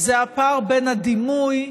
זה הפער בין הדימוי,